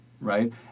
right